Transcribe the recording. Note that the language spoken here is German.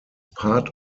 part